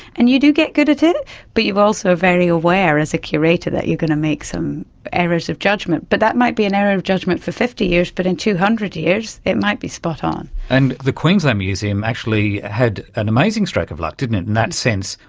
and you do get good at it but you're also very aware as a curator that you are going to make some errors of judgement. but that might be an error of judgement for fifty years, but in two hundred years it might be spot on. and the queensland museum actually had an amazing stroke of luck, didn't it, in that sense,